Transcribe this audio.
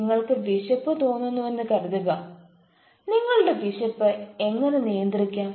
നിങ്ങൾക്ക് വിശപ്പ് തോന്നുന്നുവെന്ന് കരുതുക നിങ്ങളുടെ വിശപ്പ് എങ്ങനെ നിയന്ത്രിക്കാം